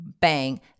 bang